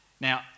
Now